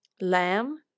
lamb